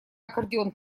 аккордеон